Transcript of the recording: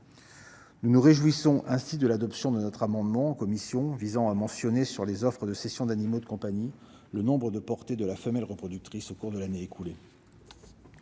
nous nous réjouissons que la commission ait adopté notre amendement visant à mentionner, sur les offres de cessions d'animaux de compagnie, le nombre de portées de la femelle reproductrice au cours de l'année écoulée.